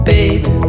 Babe